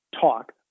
talk